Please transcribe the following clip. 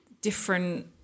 Different